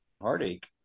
heartache